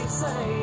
say